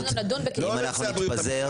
אם אנחנו נתפזר